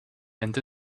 and